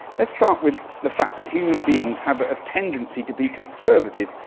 let's start with the fact that human beings have a tendency to be conservative,